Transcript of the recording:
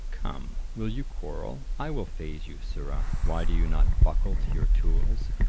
come, will you quarrel? i will feize you, sirrah why do you not buckle to your tools?